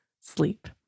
sleep